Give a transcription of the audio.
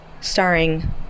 starring